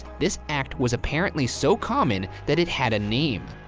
this act was apparently so common that it had a name,